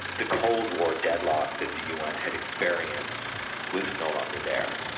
the cold war deadlock that the un had experienced was no longer there,